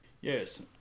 Yes